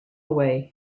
away